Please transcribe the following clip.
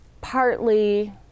Partly